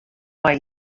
mei